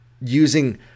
using